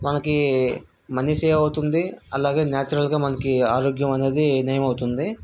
మనకి money save అవుతుంది అలాగే నేచురల్గా మనకి ఆరోగ్యం అనేది నయం అవుతుంది